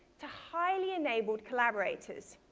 to highly enabled collaborators.